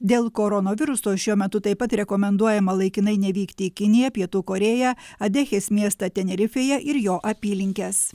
dėl koronaviruso šiuo metu taip pat rekomenduojama laikinai nevykti į kiniją pietų korėją adechės miestą tenerifėje ir jo apylinkes